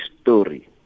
story